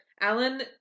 Alan